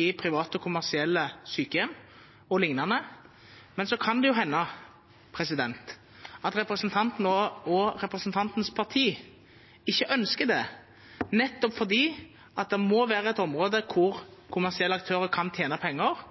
i private kommersielle sykehjem o.l. Men det kan hende at representanten og representantens parti ikke ønsker det, nettopp fordi det må være ett område hvor kommersielle aktører kan tjene penger,